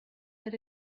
that